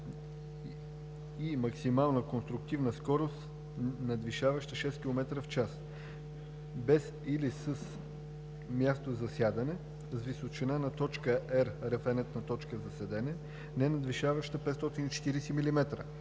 и максимална конструктивна скорост, надвишаваща 6 км/ч, без или със място за сядане с височина на точка R (референтна точка на седене), ненадвишаваща 540 мм,